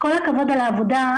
כל הכבוד על העבודה,